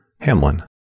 Hamlin